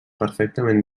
perfectament